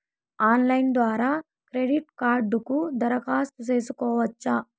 Online ద్వారా credit కార్డుకు దరఖాస్తు సేసుకోవచ్చా?